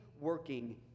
working